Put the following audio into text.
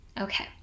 Okay